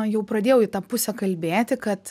jau pradėjau į tą pusę kalbėti kad